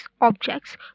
objects